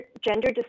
gender